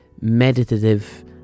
meditative